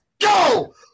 go